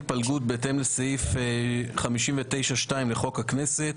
יש לנו בקשה להתפלגות בהתאם לסעיף 59(2) לחוק הכנסת: